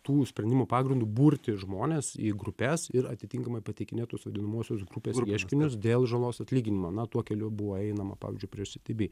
tų sprendimų pagrindu burti žmones į grupes ir atitinkamai pateikinėt tuos vadinamuosius grupės ieškinius dėl žalos atlyginimo na tuo keliu buvo einama pavyzdžiui prieš sisiby